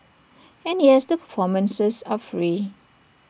and yes the performances are free